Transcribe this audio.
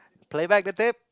play back the tape